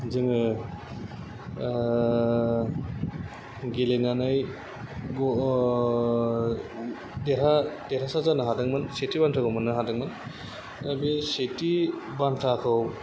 जोङो गेलेनानै देरहा देरहासाद जानो हादोंमोन सेथि बान्थाखौ मोननो हादोंमोन दा बे सेथि बान्थाखौ